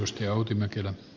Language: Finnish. ostaja outi mäkelä